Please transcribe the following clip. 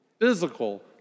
physical